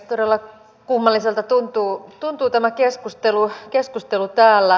todella kummalliselta tuntuu tämä keskustelu täällä